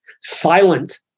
silent